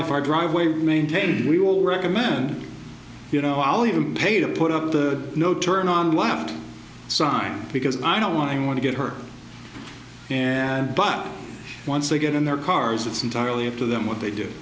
life our driveway maintained we will recommend you know i'll even pay to put up the no turn on one sign because i don't want anyone to get hurt but once they get in their cars it's entirely up to them what they do